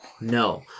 no